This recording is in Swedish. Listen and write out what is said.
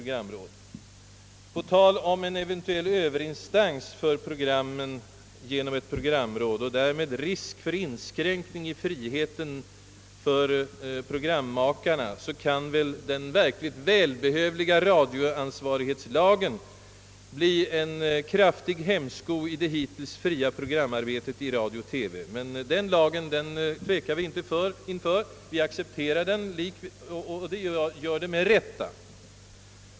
Vad beträffar talet om att programrådet skulle kunna bli en överinstans för Sveriges Radio och därmed medföra risker för inskränkning i produktionsfriheten kan det väl sägas, att den välbehövliga radioansvarighetslagen kan bli en verkligt kraftig hämsko i det hittills fria programarbetet i radio och TV. Men den lagen tvekar vi inte att anta utan accepterar i stället och vi gör detta med rätta.